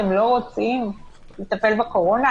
אתם לא רוצים לטפל בקורונה?